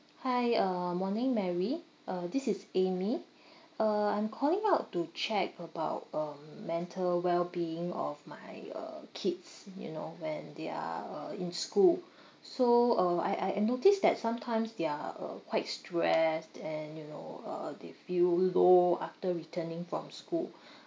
hi uh morning mary uh this is amy uh I'm calling up to check about uh mental well being of my uh kids you know when they are uh in school so uh I I I noticed that sometimes they're uh quite stressed and you know uh they feel low after returning from school